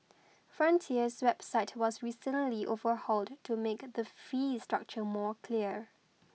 frontier's website was recently overhauled to make the fee structure more clear